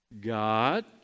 God